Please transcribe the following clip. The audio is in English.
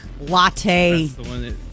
latte